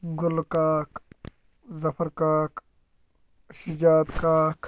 گُلہ کاک ظفر کاک شِجاد کاک